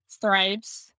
thrives